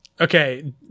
Okay